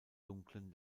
dunklen